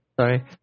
Sorry